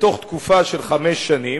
בתוך תקופה של חמש שנים,